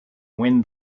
win